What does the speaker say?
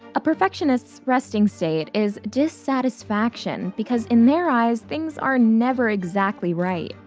a perfectionist's resting state is dissatisfaction because in their eyes, things are never exactly right.